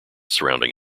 surrounding